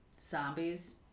Zombies